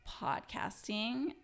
podcasting